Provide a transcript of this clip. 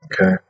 okay